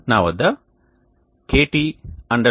నా వద్ద kt India